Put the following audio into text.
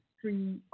three